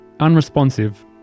Unresponsive